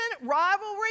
rivalry